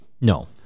No